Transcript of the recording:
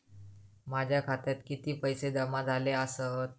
माझ्या खात्यात किती पैसे जमा झाले आसत?